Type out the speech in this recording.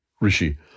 Rishi